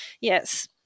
yes